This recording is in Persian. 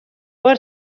بار